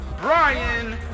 Brian